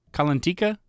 Kalantika